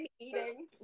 eating